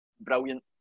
brilliant